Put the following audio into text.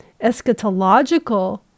eschatological